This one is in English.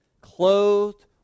clothed